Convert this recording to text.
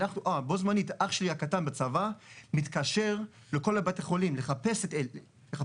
בו-זמנית אח שלי הקטן בצבא מתקשר לכל בתי החולים לחפש את אלי.